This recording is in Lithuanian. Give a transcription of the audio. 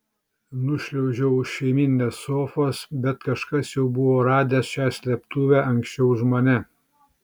nušliaužiau už šeimyninės sofos bet kažkas jau buvo radęs šią slėptuvę anksčiau už mane